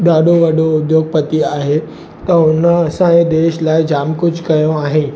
ॾाढो वॾो उद्योगपति आहे त हुन असांजे देश लाइ जाम कुझु कयो आहे